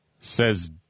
says